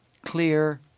clear